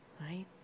right